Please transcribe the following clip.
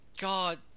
God